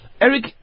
Eric